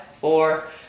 four